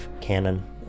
canon